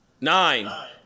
Nine